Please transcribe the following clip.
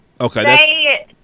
Okay